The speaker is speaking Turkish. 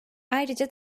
ayrıca